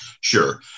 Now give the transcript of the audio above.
Sure